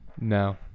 No